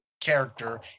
character